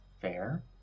fair